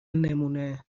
نمونهمن